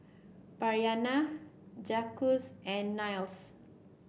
Bryana Jacques and Niles